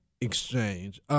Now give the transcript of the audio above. exchange